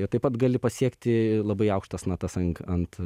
juo taip pat gali pasiekti labai aukštas natas ant ant